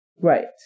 right